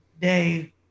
day